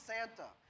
Santa